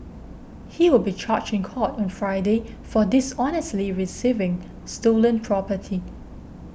he will be charged in court on Friday for dishonestly receiving stolen property